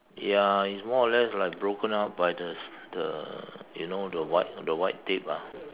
ya is more or less like broken up by the the you know the white the white tape ah